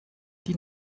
die